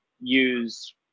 use